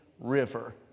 river